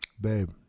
Babe